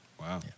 Wow